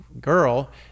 girl